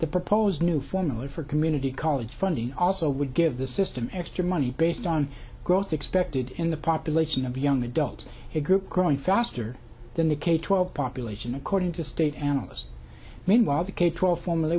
the proposed new formula for community college funding also would give the system extra money based on growth expected in the population of young adult a group growing faster than the k twelve population according to state analysts meanwhile the k twelve form